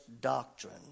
doctrine